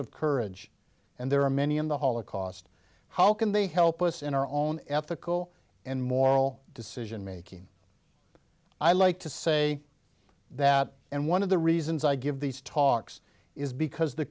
of courage and there are many in the holocaust how can they help us in our own ethical and moral decision making i like to say that and one of the reasons i give these talks is because the